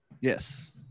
Yes